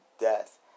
death